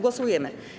Głosujemy.